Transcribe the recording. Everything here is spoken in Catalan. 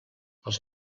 els